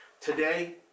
Today